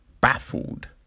baffled